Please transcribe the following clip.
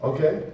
Okay